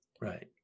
right